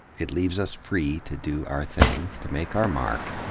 it leaves us free to do our thing, to make our mark,